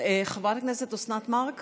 חברת הכנסת אוסנת מארק